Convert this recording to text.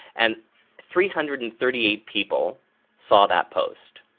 and three hundred and thirty eight people saw that post.